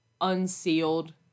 unsealed